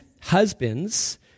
husbands